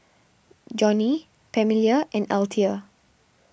Johnny Pamelia and Althea